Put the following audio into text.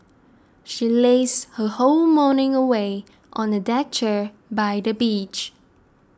she lazed her whole morning away on a deck chair by the beach